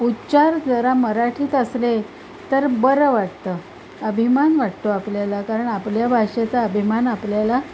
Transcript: उच्चार जरा मराठीत असले तर बरं वाटतं अभिमान वाटतो आपल्याला कारण आपल्या भाषेचा अभिमान आपल्याला